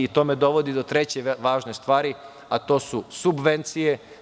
To me dovodi do treće važne stvari, a to subvencije.